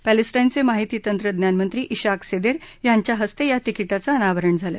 पॅलेस्टाइनचे माहिती तंत्रज्ञान मंत्री इशाक सेदेर यांच्या हस्ते या तिकिटाचं अनावरण झालं